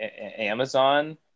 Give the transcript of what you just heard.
Amazon